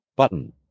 button